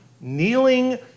kneeling